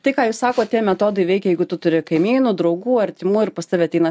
tai ką jūs sakot tie metodai veikia jeigu tu turi kaimynų draugų artimųjų ir pas tave ateina